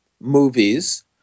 movies